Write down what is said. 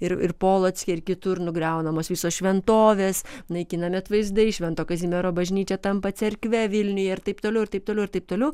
ir ir polocke ir kitur nugriaunamos visos šventovės naikinami atvaizdai švento kazimiero bažnyčia tampa cerkve vilniuje ir taip toliau ir taip toliau ir taip toliau